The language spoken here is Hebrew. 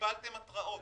וקיבלתם התראות,